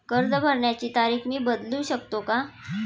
कर्ज भरण्याची तारीख मी बदलू शकतो का?